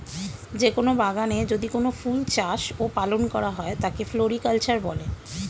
যে কোন বাগানে যদি কোনো ফুল চাষ ও পালন করা হয় তাকে ফ্লোরিকালচার বলে